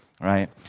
right